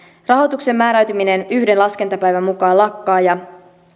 rahoituksen määräytyminen yhden laskentapäivän mukaan lakkaa ja